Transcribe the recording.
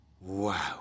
Wow